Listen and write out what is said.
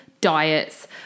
diets